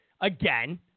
again